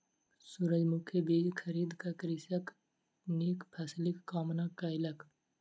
सूरजमुखी बीज खरीद क कृषक नीक फसिलक कामना कयलक